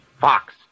Fox